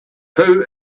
who